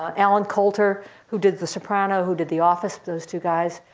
ah allen coulter, who did the sopranos, who did the office, those two guys,